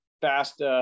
fast